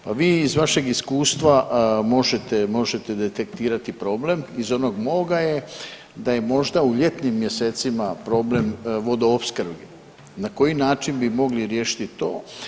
Pa vi iz vašeg iskustva možete, možete detektirati problem, iz onog moga je da je možda u ljetnim mjesecima problem vodoopskrbe, na koji način bi mogli riješiti to?